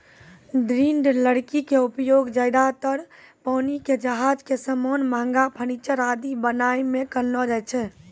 दृढ़ लकड़ी के उपयोग ज्यादातर पानी के जहाज के सामान, महंगा फर्नीचर आदि बनाय मॅ करलो जाय छै